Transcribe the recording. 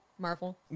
marvel